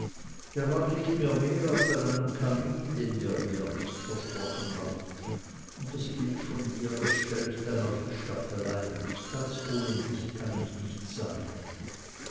daran liegt mir mehr als an einem kamin den mir geert versprochen hat und das bild von dir das stell ich dann auf eine staffelei ganz ohne dich kann ich nicht sein